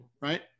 right